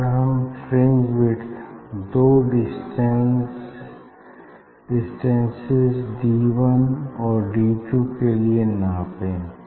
अगर हम fringe width दो डिस्टेन्सेस डी वन और डी टू के लिए नापे